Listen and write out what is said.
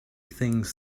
things